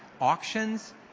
auctions